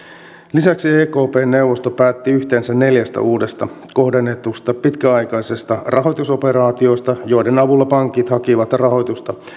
lisäksi ekpn neuvosto päätti yhteensä neljästä uudesta kohdennetusta pitkäaikaisesta rahoitusoperaatiosta joiden avulla pankit hakivat rahoitusta